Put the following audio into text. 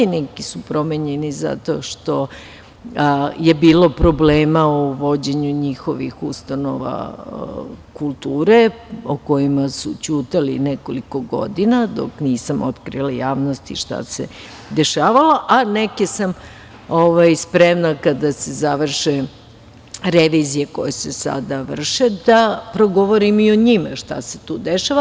Neki su promenjeni zato što je bilo problema u vođenju njihovih ustanova kulture, o kojima su ćutali nekoliko godina, dok nisam otkrila javnosti šta se dešavalo, a neke sam spremna kada se završe revizije koje se sada vrše da progovorim šta se tu dešava.